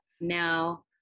now